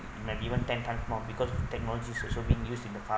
might even ten times more because technology is also being used in the farming